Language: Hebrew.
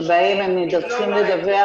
שבה הם צריכים לדווח,